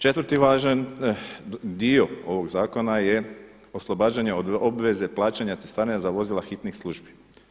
Četvrti važan dio ovog zakona je oslobađanje od obveze plaćanja cestarine za vozila hitnih službi.